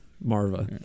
Marva